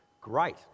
Great